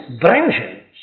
branches